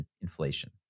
inflation